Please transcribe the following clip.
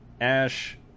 Ash